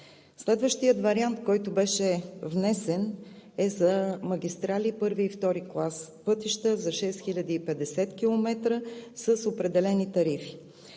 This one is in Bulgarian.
Следващият вариант, който беше внесен, е за магистрали, първи и втори клас пътища за 6050 км с определени тарифи.